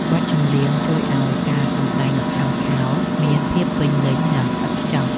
បទចម្រៀងជួយឱ្យការសម្ដែងល្ខោនខោលមានភាពពេញលេញ និងឥតខ្ចោះ។